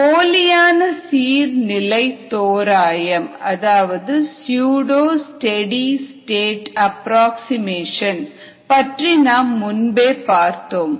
போலியான சீர் நிலை தோராயம் பற்றி நாம் முன்பே பார்த்தோம்